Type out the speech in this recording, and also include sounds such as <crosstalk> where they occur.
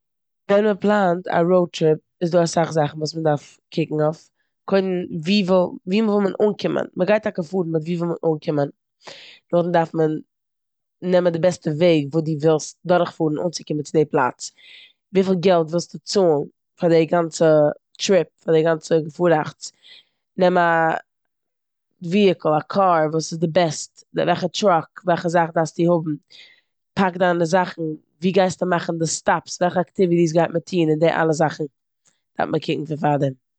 ווען מ'פלאנט א ראוד טריפ איז דא אסאך זאכן וואס מ'דארף קוקן אויף קודם, ווי וויל- ווי וויל מען אנקומען. מ'גייט טאקע פארן באט ווי וויל מען אנקומען. נאכדעם דארף מען די בעסטע וועג וואס די ווילסט דורכפארן אנצוקומען צו די פלאץ, וויפיל געלט ווילסטו צאלן פאר די גאנלע טריפ, פאר די גאנצע געפאראכץ. נעם א וויהיקל, א קאר וואס איז די בעסט, <hesitation> וועלכע טראק, וועלכע זאך דארפסטו האבן. פאק דיינע זאכן, ווי גייסטו מאכן די סטאפס, וועלכע אקטיוויטיס גייט מען טון, און די אלע זאכן דארף מען קוקן פון פארדעם.